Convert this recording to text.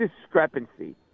discrepancy